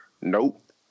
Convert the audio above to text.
Nope